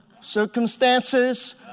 Circumstances